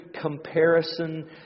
comparison